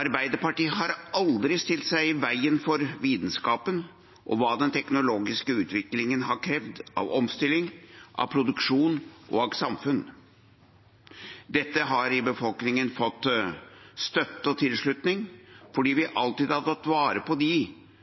Arbeiderpartiet har aldri stilt seg i veien for vitenskapen og hva den teknologiske utviklingen har krevd av omstilling, av produksjon og av samfunn. Dette har i befolkningen fått støtte og tilslutning, fordi vi alltid har tatt vare på